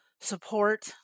support